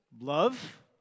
love